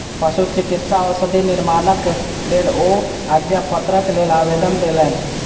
पशुचिकित्सा औषधि निर्माणक लेल ओ आज्ञापत्रक लेल आवेदन देलैन